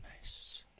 nice